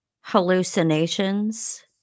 Hallucinations